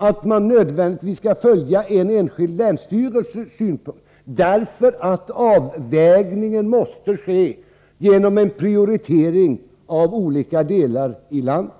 fråga där man nödvändigtvis skall följa en enskild länsstyrelses uppfattning. Avvägningen måste ske genom en prioritering mellan olika delar av landet.